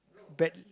but